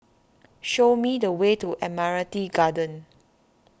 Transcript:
show me the way to Admiralty Garden